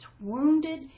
wounded